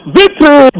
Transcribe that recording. victory